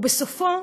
שבסופו